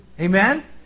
Amen